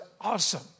awesome